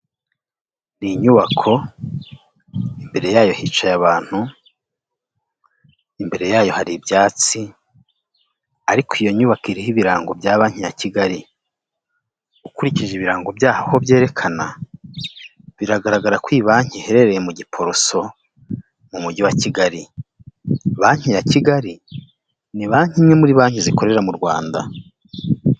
Ni inyubako, imbere yayo hicaye abantu, imbere yayo hari ibyatsi, ariko iyo nyubako iriho ibirango bya banki ya Kigali, ukurikije ibirango byaho byerekana, biragaragara ko iyi banki iherereye mu Giporoso, mu mujyi wa Kigali, banki ya kigali ni banki imwe muri banki zikorera mu Rwanda.